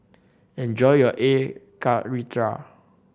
enjoy your Air Karthira